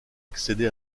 accéder